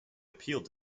appealed